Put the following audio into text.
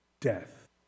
death